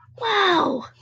Wow